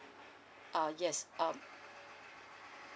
uh yes um